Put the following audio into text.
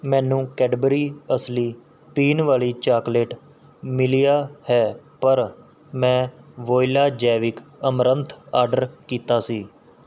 ਮੈਨੂੰ ਕੈਡਬਰੀ ਅਸਲੀ ਪੀਣ ਵਾਲੀ ਚਾਕਲੇਟ ਮਿਲਿਆ ਹੈ ਪਰ ਮੈਂ ਵੋਇਲਾ ਜੈਵਿਕ ਅਮਰੰਥ ਆਰਡਰ ਕੀਤਾ ਸੀ